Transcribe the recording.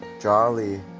jolly